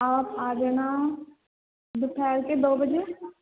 آپ آ جانا دوپہر کے دو بجے